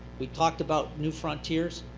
we talked about new frontiers.